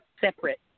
separate